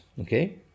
okay